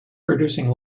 producing